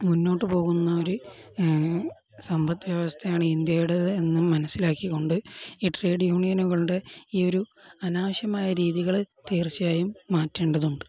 മുന്നോട്ട് പോകുന്ന ഒരു സമ്പദ് വ്യവസ്ഥയാണ് ഇന്ത്യയുടെ എന്നും മനസ്സിലാക്കിക്കൊണ്ട് ഈ ട്രേഡ് യൂണിയനുകളുടെ ഈ ഒരു അനാവശ്യമായ രീതികൾ തീർച്ചയായും മാറ്റേണ്ടതുണ്ട്